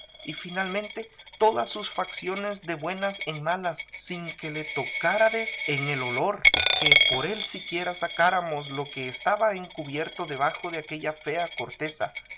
y finalmente todas sus faciones de buenas en malas sin que le tocárades en el olor que por él siquiera sacáramos lo que estaba encubierto debajo de aquella fea corteza